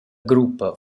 gruppa